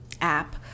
app